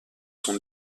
sont